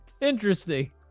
Interesting